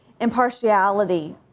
impartiality